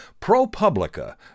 ProPublica